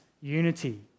unity